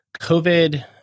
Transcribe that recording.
COVID